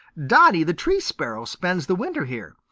dotty the tree sparrow spends the winter here.